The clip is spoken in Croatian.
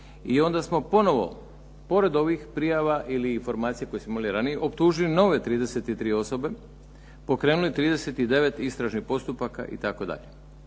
i onda smo ponovo pored ovih prijava ili informacija koje smo imali ranije optužili nove 33 osobe, pokrenuli 39 istražnih postupaka itd.